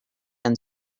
and